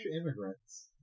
immigrants